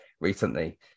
recently